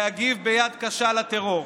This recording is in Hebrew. להגיב ביד קשה על הטרור.